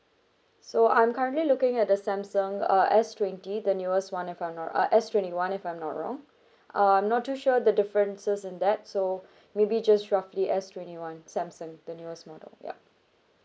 so I'm currently looking at the samsung uh S twenty the newest one if I'm not uh S twenty one if I'm not wrong uh I'm not too sure the differences in that so maybe just roughly S twenty one samsung the newest model yup